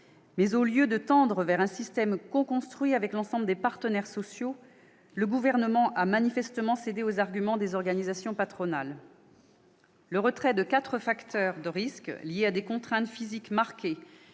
au lieu de tendre vers un système coconstruit avec l'ensemble des partenaires sociaux, le Gouvernement a manifestement cédé aux arguments des organisations patronales. Le retrait de quatre facteurs de risque liés à des contraintes physiques marquées,